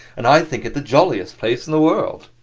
and i think it the jolliest place in the world.